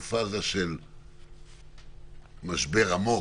על פאזה של משבר עמוק,